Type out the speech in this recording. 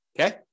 okay